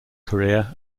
career